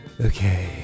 okay